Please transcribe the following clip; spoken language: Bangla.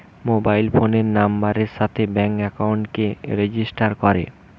মোবাইল ফোনের নাম্বারের সাথে ব্যাঙ্ক একাউন্টকে রেজিস্টার করে